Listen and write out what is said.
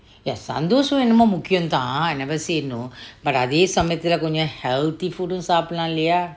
yes சந்தோசம் என்னமோ முக்கியம் தான்:cantocam ennamo mukkiyam taan I never said no but அதே சமயம் கொஞ்சேம்:ate camayam konjem healthy food uh சப்பேடேலாம் இல்லேயா:cappetelam illeya